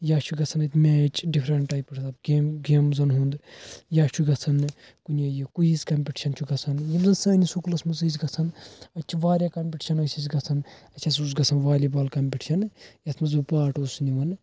یا چھُ گَژھان اَتہِ میچ ڈِفریٚنٛٹ ٹایپسَن ہُنٛد گیم گیمزَن ہُنٛد یا چھُ گَژھان کُنہ کویِز کمپِٹشَن چھُ گَژھان یم زن سٲنِس سکوٗلَس مَنٛز ٲسۍ گَژھان اَتہِ چھِ واریاہ کمپِٹِشن ٲسۍ اسہِ گَژھان اسہِ ہسا اوس گَژھان والی بال کمپِٹِشَن یتھ مَنٛز بہٕ پارٹ اوسُس نِوان